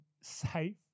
safe